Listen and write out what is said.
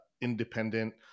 independent